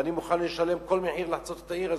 ואני מוכן לשלם כל מחיר כדי לחצות את העיר הזאת.